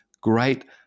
great